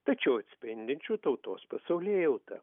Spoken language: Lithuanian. tačiau atspindinčių tautos pasaulėjautą